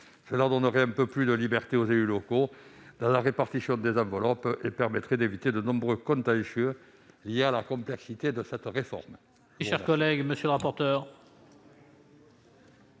Cela donnerait un peu plus de libertés aux élus locaux dans la répartition des enveloppes et permettrait d'éviter de nombreux contentieux liés à la complexité de cette réforme.